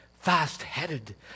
fast-headed